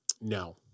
No